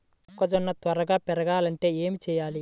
మొక్కజోన్న త్వరగా పెరగాలంటే ఏమి చెయ్యాలి?